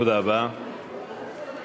תודה רבה, אדוני.